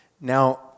Now